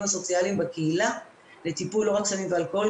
הסוציאליים בקהילה לטיפול לא רק סמים ואלכוהול,